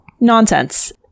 nonsense